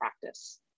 practice